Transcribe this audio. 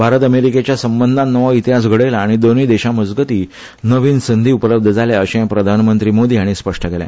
भारत अमेरीकेच्या संबंदात नवो इतिहास घडयला आनी दोनूय देशामजगती नवीन संधी उपलब्ध जाल्या अर्शे प्रधानमंत्री मोदी हाणी स्पष्ट केले